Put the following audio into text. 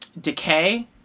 decay